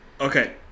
Okay